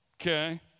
okay